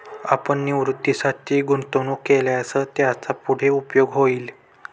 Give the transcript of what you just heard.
आपण निवृत्तीसाठी गुंतवणूक केल्यास त्याचा पुढे उपयोग होईल